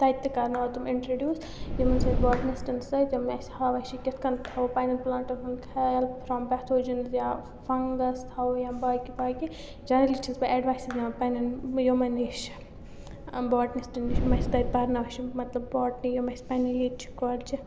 تَتہِ تہِ کَرناوان تٕم اِنٹرٛڈیوٗس یِمَن سۭتۍ باٹنِسٹَن سۭتۍ یِم اَسہِ ہاوان چھِ کِتھ کٔن تھاوو پنٛنٮ۪ن پٕلانٛٹَن ہُنٛد خیال فرٛام پٮ۪تھوجَنٕز یا فنٛگَس تھاوو یا باقی باقی جَنرٔلی چھَس بہٕ اٮ۪ڈوایسٕز نِوان پنٛنٮ۪ن یِمَن نِش باٹنِسٹَن نِش یِم اَسہِ تَتہِ پَرناوان چھِ مطلب بوٹنی یِم اَسہِ پنٛنہِ ییٚتہِ چھِ کالجہِ